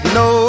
no